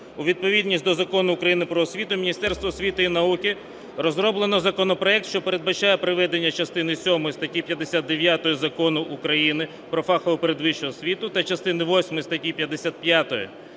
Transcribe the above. у відповідність до Закону України "Про освіту" Міністерством освіти та науки розроблено законопроект, який передбачає приведення частини сьомої статті 59 Закону України "Про фахову передвищу освіту" та частини восьмої статті 55